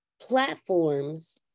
platforms